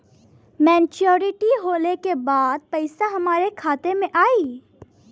Maturity होले के बाद पैसा हमरे खाता में आई?